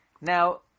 Now